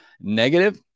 negative